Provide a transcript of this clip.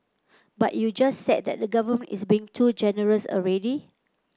but you just said that the government is being too generous already